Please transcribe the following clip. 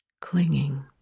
clinging